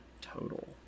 total